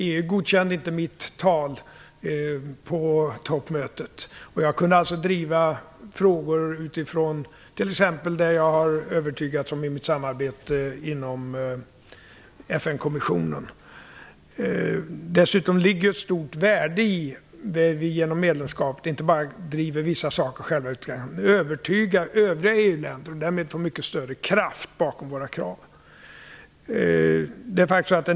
EU godkände inte mitt tal på toppmötet. Jag kunde alltså driva frågor utifrån t.ex. det jag har övertygats om i mitt samarbete inom FN Dessutom ligger det ett stort värde i att vi genom medlemskapet inte bara driver vissa saker själva utan även kan övertyga övriga EU-länder och därmed få mycket större kraft bakom våra krav.